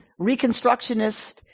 reconstructionist